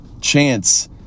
chance